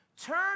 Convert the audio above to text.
Turn